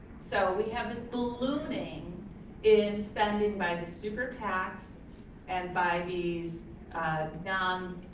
so we have this ballooning in spending by the super pacs and by these non.